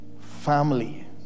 family